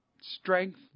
strength